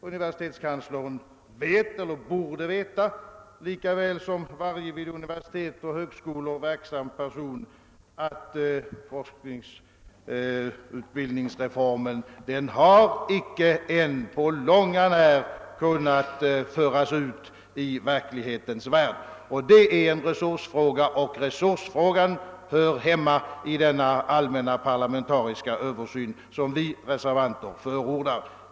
Universitetskanslern lika väl som varje vid universitet och högskolor verksam person vet eller borde veta att forskningsutbildningsreformen icke på långt när har kunnat föras ut i verklighetens värld. Detta är en resursfråga, och den hör hemma i den allmänna parlamentariska översyn som vi reservanter förordrar.